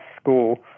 school